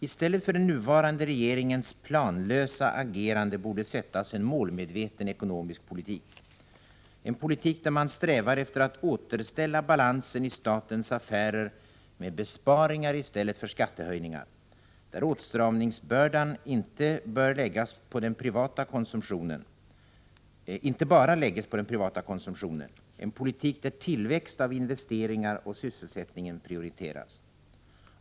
I stället för den nuvarande regeringens planlösa agerande borde sättas en målmedveten ekonomisk politik — en politik där man strävar efter att återställa balansen i statens affärer med besparingar i stället för med skattehöjningar, där åtstramningsbördan inte bara läggs på den privata konsumtionen, en politik där tillväxten av investeringar och sysselsättningen prioriteras.